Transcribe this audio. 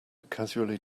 casually